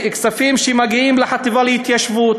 כספים שמגיעים לחטיבה להתיישבות.